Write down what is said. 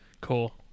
Cool